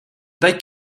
they